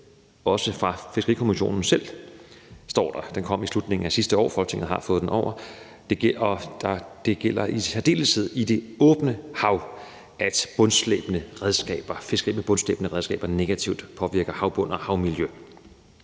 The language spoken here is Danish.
fra Fiskerikommissionen selv. Den kom i slutningen af sidste år, og Folketinget har fået den sendt over. Og det gælder i særdeleshed i det åbne hav, at fiskeri med bundslæbende redskaber påvirker havbunden og havmiljøet